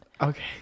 okay